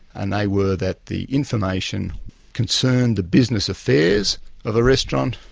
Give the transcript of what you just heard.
and they were that the information concerned the business affairs of a restaurant,